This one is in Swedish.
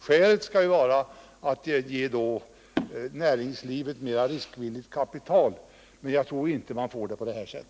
Skälet sägs vara att man vill ge näringslivet mera riskvilligt kapital, men jag tror inte att det kan åstadkommas på det här sättet.